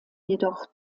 jedoch